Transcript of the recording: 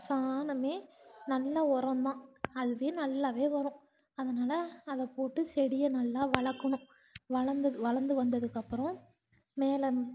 சாணமே நல்ல உரம் தான் அதுவே நல்லாவே வரும் அதனால் அதை போட்டு செடியை நல்லா வளர்க்கணும் வளர்ந்த வளர்ந்து வந்ததுக்கப்புறம் மேலே